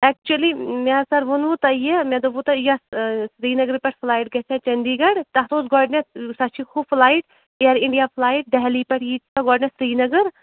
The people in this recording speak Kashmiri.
ایٚکچُلی مےٚ حظ سَر ووٚنوٕ تۅہہِ یہِ مےٚ دوٚپوٕ تۅہہِ یتھ آ سِریٖنگرٕ پیٚٹھ فٕلایِٹ گَژھِ ہا چَنٛدی گَڑھ تَتھ اوس گۄڈنیٚتھ سۄ چھِ ہُہ flight air India flight Delhi یٚٮ۪ٹھ یی سۄ گۄڈنیٚتھ سِریٖنَگر